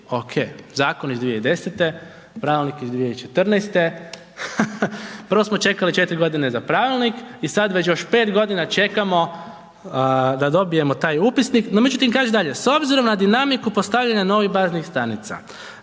Oke. Zakon iz 2010., pravilnik iz 2014. Prvo smo čekali 4 godine za pravilnik i sad već još 5 godina čekamo da dobijemo taj upisnik, no međutim, kaže dalje, s obzirom na dinamiku postavljanja novih baznih stanica,